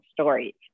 stories